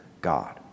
God